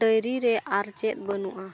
dairy ᱨᱮ ᱟᱨ ᱪᱮᱫ ᱵᱟᱹᱱᱩᱜᱼᱟ